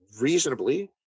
reasonably